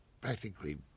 practically